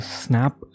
snap